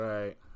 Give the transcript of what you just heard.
Right